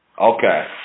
Okay